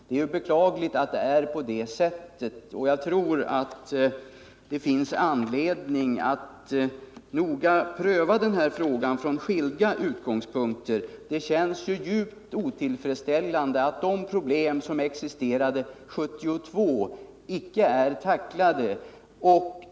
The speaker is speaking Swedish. Det är beklagligt att det är på det sättet, och jag tror att det finns anledning att noga pröva frågan från skilda utgångspunkter. Det känns djupt otillfredsställande att de problem som existerade 1972 icke är tacklade.